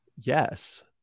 Yes